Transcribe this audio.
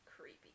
creepy